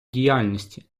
діяльності